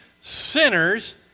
sinners